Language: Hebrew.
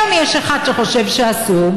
היום יש אחד שחושב שאסור,